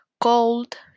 cold